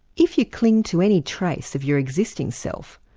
if you cling to any trace of your existing self,